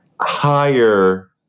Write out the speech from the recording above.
higher